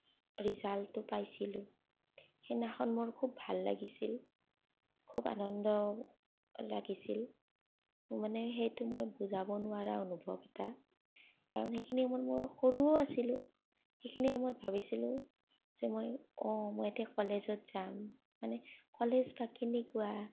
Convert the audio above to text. ৰিজাল্টটো পাইছিলোঁ সেইদিনাখন মোৰ খুব ভাল লাগিছিল খুব আনন্দ লাগিছিল মোৰ মানে সেইটো মই বুজাব নোৱাৰা অনুভৱ এটা কাৰণ সেইখিনি সময়ত মই সৰুও আছিলোঁ সেইখিনি সময়ত ভাবিছিলোঁ যে মই অঁ মই এতিয়া কলেজত যাম মানে কলেজ বা কেনেকুৱা